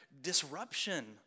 disruption